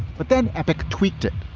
but then epic tweaked it.